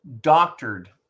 doctored